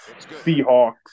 Seahawks